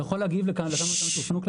אני יכול להגיב לכמה טענות שהופנו כלפינו?